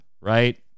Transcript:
right